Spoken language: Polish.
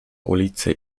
ulicy